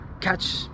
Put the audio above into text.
catch